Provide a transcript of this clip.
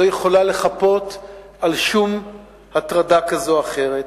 יכולה לחפות על שום הטרדה כזו או אחרת,